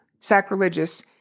sacrilegious